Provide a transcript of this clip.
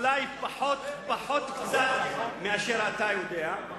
אולי קצת פחות ממה שאתה יודע,